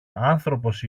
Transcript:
άνθρωπος